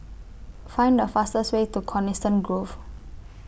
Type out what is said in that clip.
Find The fastest Way to Coniston Grove